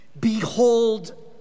Behold